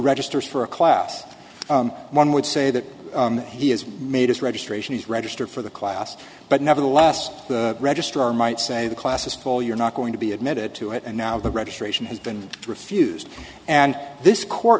registers for a class one would say that he has made his registration as registered for the class but nevertheless the registrar might say the class is full you're not going to be admitted to it and now the registration has been refused and this court